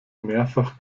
mehrfach